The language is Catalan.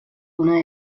una